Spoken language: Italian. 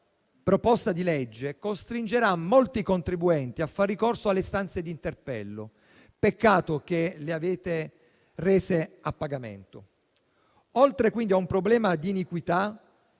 proposta di legge costringerà molti contribuenti a fare ricorso alle istanze di interpello: peccato che le avete rese a pagamento. Quindi, oltre ad un problema di iniquità,